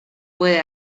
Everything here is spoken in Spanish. puede